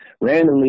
Randomly